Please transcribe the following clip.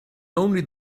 only